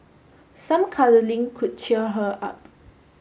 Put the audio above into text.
some cuddling could cheer her up